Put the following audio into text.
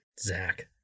Zach